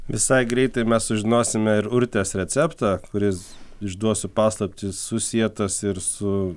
visai greitai mes sužinosime ir urtės receptą kuris išduosiu paslaptį susietas ir su